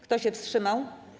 Kto się wstrzymał?